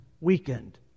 weakened